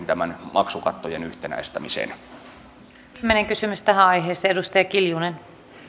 tämän maksukattojen yhtenäistämisen viimeinen kysymys tähän aiheeseen edustaja kiljunen